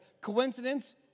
Coincidence